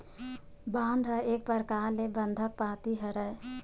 bond ह एक परकार ले बंधक पाती हरय